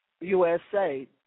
USA